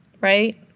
right